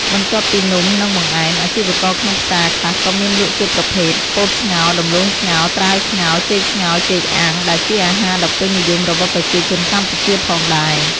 បន្ទាប់ពីនំ និងបង្អែម អាជីវករក្នុងផ្សារខ្លះក៏មានលក់ជាប្រភេទ ពោតស្ងោរ ដំឡូងស្ងោរ ត្រាវស្ងោរ ចេកស្ងោរ ចេកអាំង ដែលជាអាហារដ៏ពេញនិយមរបស់ប្រជាជនកម្ពុជាផងដែរ។